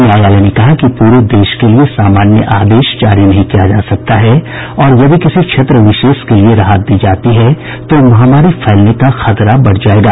न्यायालय ने कहा कि पूरे देश के लिए सामान्य आदेश जारी नहीं किया जा सकता है और यदि किसी क्षेत्र विशेष के लिए राहत दी जाती है तो महामारी फैलने का खतरा बढ़ जायेगा